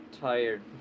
tired